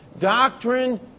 Doctrine